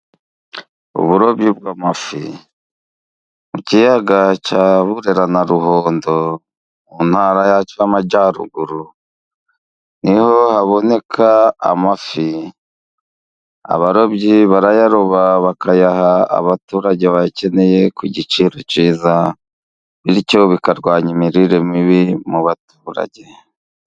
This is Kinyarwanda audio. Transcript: Uburobyi bw'amafi mu kiyaga cya Burera na Ruhondo, mu ntara y'Amajyaruguru, ni ho haboneka amafi abarobyi barayaroba, bakayaha abaturage bayakeneye ku giciro cyiza, bityo bikarwanya imirire mibi mu baturage.